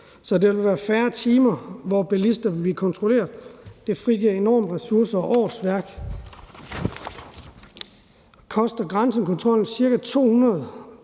så der vil være færre timer, hvor bilister vil blive kontrolleret. Det frigiver enorme ressourcer og mange årsværk, da grænsekontrollen kostede ca.